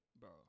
bro